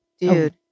Dude